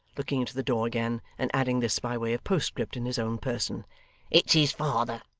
looking into the door again, and adding this by way of postscript in his own person it's his father